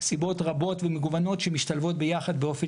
סיבות רבות ומגוונות שמשתלבות ביחד באופן